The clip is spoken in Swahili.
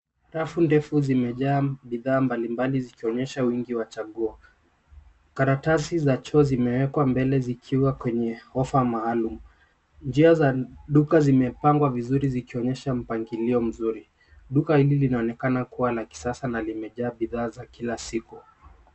Rafu ndefu zimejaa bidhaa mbalimbali zikionyesha wingi wa chaguo. Karatasi za choo zimewekwa mbele zikiwa kwenye ofa maalum. Njia za duka zimepangwa vizuri zikionyesha mpangilio mzuri. Duka hili linaonekana kuwa la kisasa na limejaa bidhaa za kila siku.